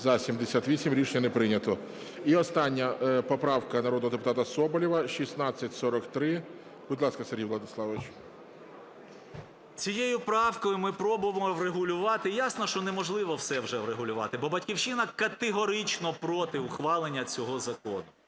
За-78 Рішення не прийнято. І остання поправка народного депутата Соболєва, 1643. Будь ласка, Сергій Владиславович. 14:58:36 СОБОЛЄВ С.В. Цією правкою ми пробуємо врегулювати, ясно, що неможливо все вже врегулювати, бо "Батьківщина" категорично проти ухвалення цього закону.